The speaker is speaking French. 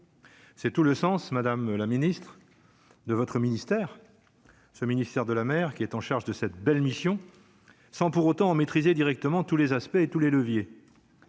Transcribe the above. C'est tout le sens, Madame la Ministre de votre ministère, ce ministère de la mer qui est en charge de cette belle mission sans pour autant maîtriser directement tous les aspects et tous les leviers.